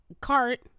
cart